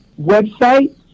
website